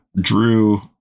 Drew